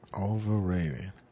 Overrated